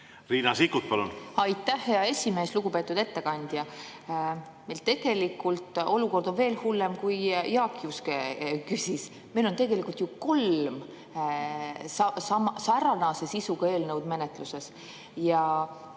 eelnõu liita. Aitäh, hea esimees! Lugupeetud ettekandja! Meil on tegelikult olukord veel hullem, kui Jaak Juske küsis. Meil on tegelikult ju kolm sarnase sisuga eelnõu menetluses.